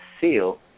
seal